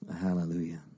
hallelujah